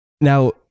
Now